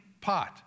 pot